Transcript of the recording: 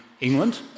England